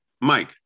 Mike